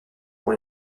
pour